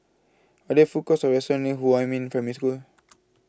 Are There Food Courts Or restaurants near Huamin Primary School